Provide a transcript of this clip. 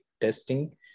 testing